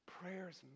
Prayers